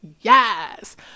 Yes